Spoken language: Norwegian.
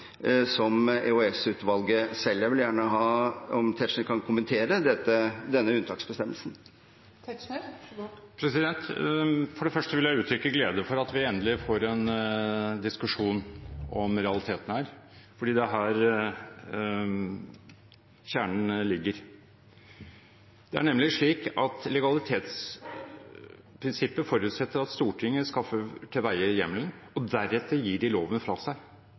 som EOS-utvalget selv. Jeg vil gjerne at representanten Tetzschner kan kommentere denne unntaksbestemmelsen. For det første vil jeg uttrykke glede over at vi endelig får en diskusjon om realitetene, for det er her kjernen ligger. Det er nemlig slik at legalitetsprinsippet forutsetter at Stortinget skaffer til veie hjemmelen, og deretter gir de loven fra seg